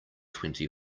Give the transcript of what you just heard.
twenty